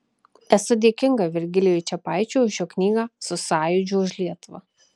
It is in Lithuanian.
esu dėkinga virgilijui čepaičiui už jo knygą su sąjūdžiu už lietuvą